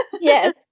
Yes